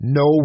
no